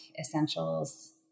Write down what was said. essentials